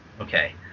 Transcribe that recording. okay